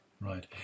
Right